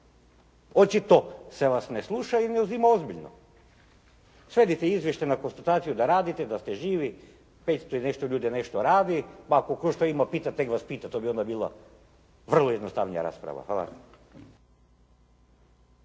Očito se vas ne sluša i ne uzima ozbiljno. Svedite izvještaj na konstataciju da radite, da ste živi, 500 i nešto ljudi da nešto radi, pa ako tko što ima pitati, neka vas pita, to bi odmah bila vrlo jednostavnija rasprava. Hvala.